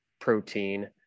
protein